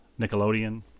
Nickelodeon